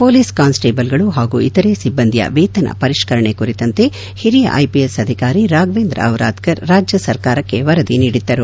police ಕಾನ್ಸ್ ಟೀಬಲ್ಗಳು ಹಾಗೂ ಇತರೆ ಸಿಬ್ಬಂದಿಯ ವೇತನ ಪರಿಷ್ಠರಣೆ ಕುರಿತಂತೆ ಹಿರಿಯ ಐಪಿಎಸ್ ಅಧಿಕಾರಿ ರಾಘವೇಂದ್ರ ದಿರಾದ್ಧರ್ ರಾಜ್ಯ ಸರ್ಕಾರಕ್ಷೆ ವರದಿ ನೀಡಿದ್ದರು